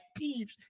peeves